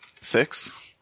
six